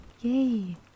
yay